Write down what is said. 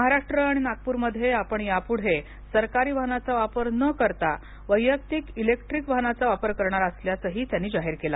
महाराष्ट्र आणि नागपूर मध्ये आपण यापुढे सरकारी वाहनाचा वापर न करता वैयक्तिक इलेक्ट्रिक वाहनाचा वापर करणार असल्याच हि त्यांनी जाहीर केल